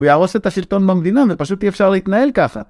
הוא יהרוס את השלטון במדינה, ופשוט אי אפשר להתנהל ככה